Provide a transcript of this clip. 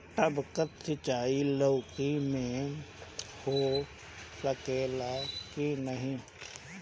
टपक सिंचाई लौकी में हो सकेला की नाही?